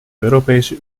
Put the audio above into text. europese